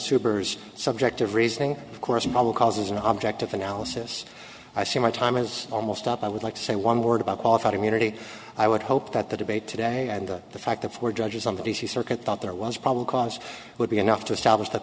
super's subjective reasoning of course it probably causes an object of analysis i see my time is almost up i would like to say one word about qualified immunity i would hope that the debate today and the fact that four judges on the d c circuit thought there was probable cause would be enough to establish that